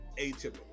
atypical